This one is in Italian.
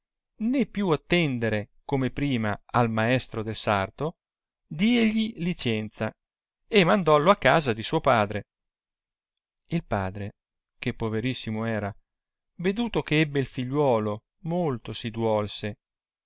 né più attendere come prima al mesterò del sarto diègli licenza e mandollo a casa di suo padre il padre che poverissimo era veduto che ebbe il figliuolo molto si duolse